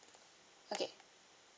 okay